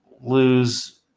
lose